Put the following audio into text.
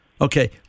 Okay